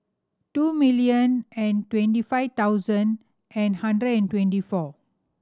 two million and twenty five thousand and hundred and twenty four